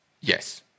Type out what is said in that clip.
Yes